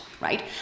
right